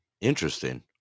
Interesting